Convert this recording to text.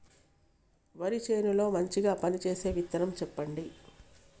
వరి చేను లో మంచిగా పనిచేసే విత్తనం చెప్పండి?